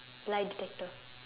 lie detector